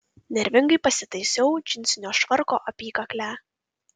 nervingai pasitaisiau džinsinio švarko apykaklę